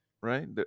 Right